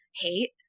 hate